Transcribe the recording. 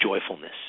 joyfulness